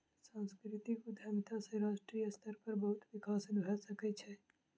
सांस्कृतिक उद्यमिता सॅ राष्ट्रीय स्तर पर बहुत विकास भ सकै छै